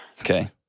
Okay